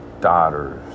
daughters